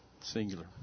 singular